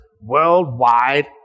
worldwide